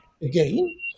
again